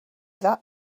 that